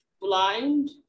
blind